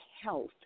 health